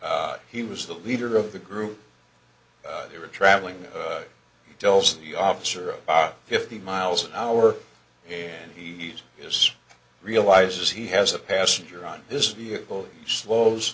he was the leader of the group they were traveling doles the officer about fifty miles an hour and he is realizes he has a passenger on this vehicle slows